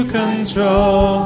control